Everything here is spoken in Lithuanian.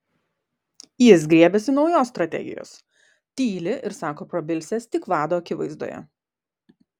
jis griebiasi naujos strategijos tyli ir sako prabilsiąs tik vado akivaizdoje